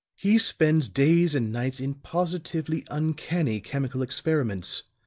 he spends days and nights in positively uncanny chemical experiments.